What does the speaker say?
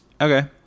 Okay